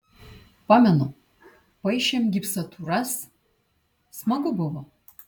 pamenu paišėm gipsatūras smagu buvo